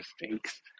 mistakes